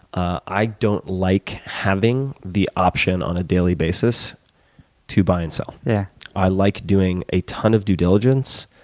i don't like having the option on a daily basis to buy and sell. yeah i like doing a ton of due diligence,